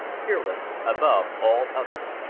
peerless above all others.